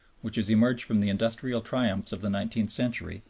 which has emerged from the industrial triumphs of the nineteenth century,